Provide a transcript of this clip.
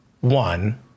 One